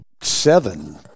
seven